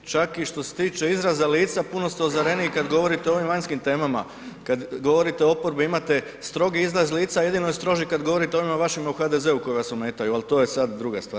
Čak i što se tiče izraza lica, puno ste ozareniji kad govorite o ovim vanjskim temama, kad govorite o oporbi, imate strogi izraz lica, jedino je stroži kad govorite onima vašima u HDZ-u koji vas ometaju ali to je sad druga stvar.